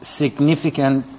significant